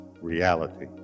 reality